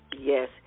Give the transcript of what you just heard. Yes